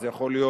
זה יכול להיות